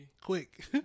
Quick